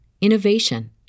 innovation